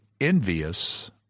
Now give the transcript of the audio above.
envious